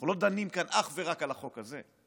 אנחנו לא דנים כאן אך ורק על החוק הזה,